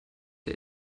der